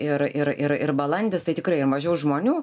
ir ir ir ir balandis tai tikrai ir mažiau žmonių